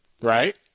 right